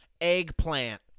Eggplant